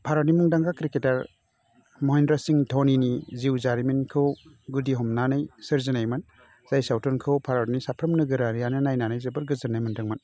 भारतनि मुंदांखा क्रिकेटार महेन्द्र सिंह धनिनि जिउ जारिमिनखौ गुदि हमनानै सोरजिनायमोन जाय सावथुनखौ भारतनि साफ्रोम नोगोरारियानो नायनानै जोबोद गोजोन्नाय मोनदोंमोन